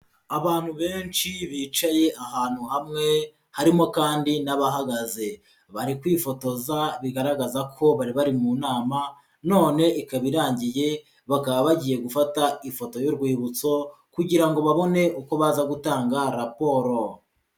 Abantu benshi bicaye ahantu hamwe harimo kandi n'abahagaze, bari kwifotoza bigaragaza ko bari bari mu nama none ikaba irangiye, bakaba bagiye gufata ifoto y'urwibutso kugira ngo babone uko baza gutanga raporo.